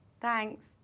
Thanks